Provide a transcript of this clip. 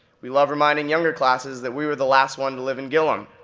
we love reminding younger classes that we were the last one to live in gilliam.